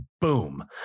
boom